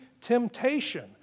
temptation